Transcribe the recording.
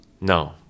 No